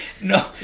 No